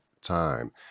time